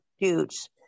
dudes